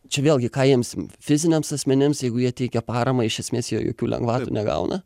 čia vėlgi ką jiems fiziniams asmenims jeigu jie teikia paramą iš esmės jokių lengvatų negauna